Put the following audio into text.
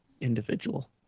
individual